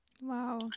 Wow